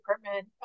Department